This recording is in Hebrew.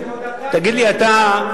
תגיד לי אתה,